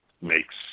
makes